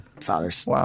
fathers